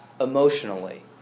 emotionally